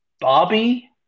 Bobby